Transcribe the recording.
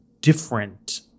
different